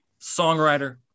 songwriter